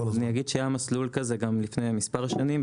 אומר שהיה מסלול שכזה גם לפני מספר שנים.